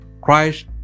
Christ